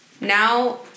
Now